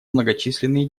многочисленные